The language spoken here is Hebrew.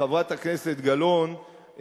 חברת הכנסת גלאון,